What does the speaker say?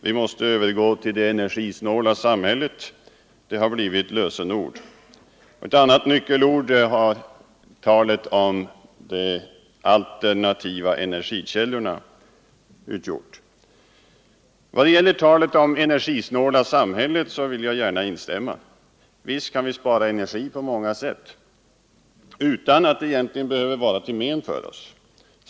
Vi måste övergå till det energisnåla samhället — det har blivit ett lösenord. Ett annat nyckelord har blivit talet om ”alternativa energikällor”. Vad gäller talet om det energisnåla samhället så vill jag gärna instämma. Visst kan vi spara på energi på många olika sätt utan att det egentligen behöver vara till men för oss.